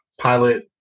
pilot